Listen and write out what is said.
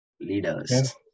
leaders